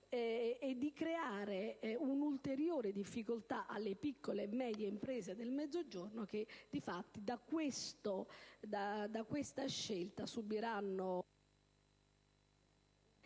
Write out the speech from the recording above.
di una ulteriore difficoltà alle piccole e medie imprese del Mezzogiorno che, di fatto, da questa scelta subiranno